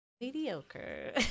mediocre